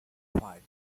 five